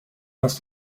dass